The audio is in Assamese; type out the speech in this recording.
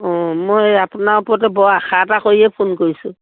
অঁ মই আপোনাৰ ওপৰতে বৰ আশা এটা কৰিয়ে ফোন কৰিছোঁ